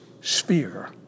sphere